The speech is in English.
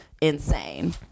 insane